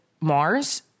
Mars